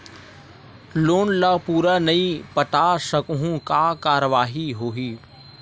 Loan ला पूरा नई पटा सकहुं का कारवाही होही?